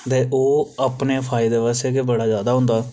ते ओह् अपने फायदे बास्तै के बड़ा ज्यादा होंदा